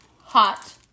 hot